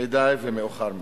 מדי ומאוחר מדי.